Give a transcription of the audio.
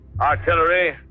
Artillery